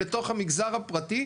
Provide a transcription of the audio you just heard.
לתוך המגזר הפרטי,